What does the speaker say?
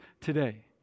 today